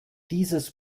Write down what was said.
dieses